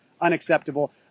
unacceptable